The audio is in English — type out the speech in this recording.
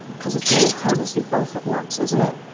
cause it's really hard to see both at once, isn't it?